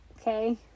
okay